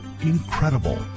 incredible